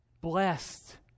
Blessed